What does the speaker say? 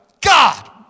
God